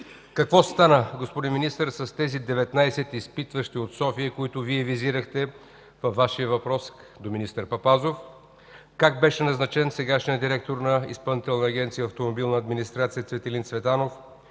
какво стана, господин Министър, с тези 19 изпитващи от София, които Вие визирахте във Вашия въпрос до министър Папазов? Как беше назначен сегашният директор на Изпълнителна агенция „Автомобилна администрация“ Цветелин Цветанов?